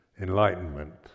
enlightenment